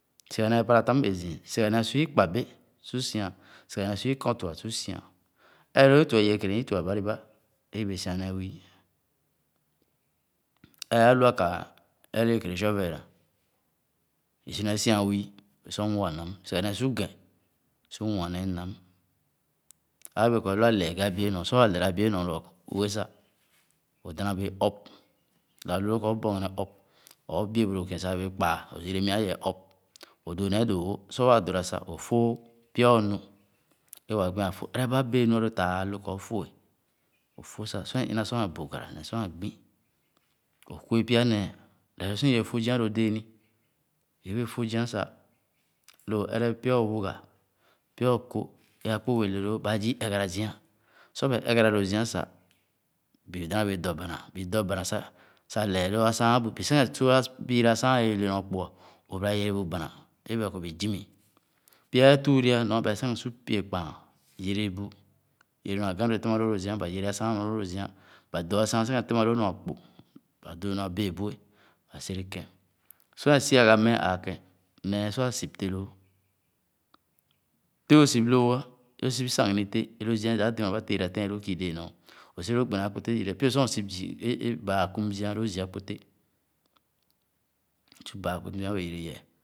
Sigha nèè para tam ēē zii. Sigha néé su ikpabe su si’an, sigha néé su ikɔn-tua su si’an. Ere lōō tua i’bēē kèrè i’tua bariba é i’bēē si’an nee wii, ēre a’lo’a ka’a, ere lóó ikèrè shovel ā, isu nee si’an wii ē sor wɔ-nam. Sigha néé su ghɛn su wɔ’an nee nam, aba bēē kɔ alu a’lɛɛ ghe abi’e nɔ. Sor waa lɛɛla a’bie nɔ lō ue sah, o’dana bēē ɔb. Lō a’lu lōō ka o’bɔgɛnɛ ɔb or o’bea bu lō kēn ɛgɛre kpaa, o’yere mia yɛɛ ɔb, o’dōō ned dōō wò. Sor waa dora sah o’fōh pya o’nu é waa ghi’a foh, ereba bēē nu alo, taa alō kɔ afoh ē ofoh sah sor ē ina sor bugara neh sor a’gbi, o’kue pya néé. Ē sor i’ee foh zia lō déé ni, i wēē foh zia sah, lō o’ere pya o’wuga, pya e’koh é akpo wēē le lōō, ba’e zii ɛgara zia. Sor bae ɛgara lo zia sah, bii dana bēē dɔ bànà, bü dɔ bànà sah, sah lɛɛ lō asāen bu bi sikēn su’a biira asāen ē are le nyor kpo ā, o’bara yere bu bànà ē bèra kɔ bi zimi. Pya é tuuri hɔ bae sikèn su pie-kpaan yere bu, yere nua aghan wee tɛma lōō lō zia, ba yere asāan tɛma lōō lō zia. Ba dɨ asen sikèn tɛma nua kpo, ba déé nua bèè be’e sere kēb. Sor é sigha mee āā kēn. néé é si waa sip teh lōō. Teh o’sip lōō’a o’sip isaghini téh lōō zia e’dah dɛma ba tèèra tɛɛnlóó kii dee nyɔ, o’su lōō gbene akpotéh yere, piosor zii, é é baa akum zia lō zii akpitéḥ o’su baa akum zia yere yɛɛ.